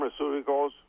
pharmaceuticals